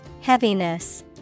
Heaviness